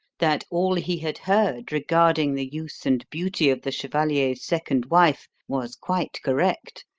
that all he had heard regarding the youth and beauty of the chevalier's second wife was quite correct,